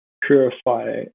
purify